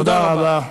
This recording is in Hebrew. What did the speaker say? תודה רבה.